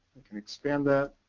can expand that.